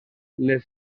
les